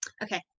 Okay